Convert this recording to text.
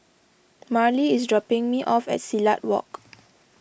Marlee is dropping me off at Silat Walk